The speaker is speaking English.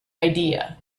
idea